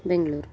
Bengaluru